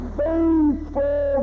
faithful